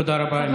תודה רבה.